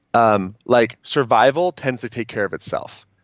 um like survival tends to take care of itself.